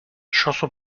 chanson